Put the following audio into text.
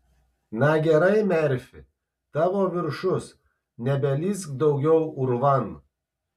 na gerai merfi tavo viršus nebelįsk daugiau urvan